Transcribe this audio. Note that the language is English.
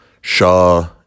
Shaw